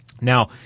Now